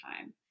time